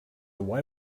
why